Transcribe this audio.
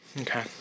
Okay